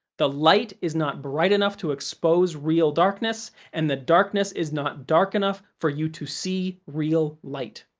the light is not bright enough to expose real darkness, and the darkness is not dark enough for you to see real light.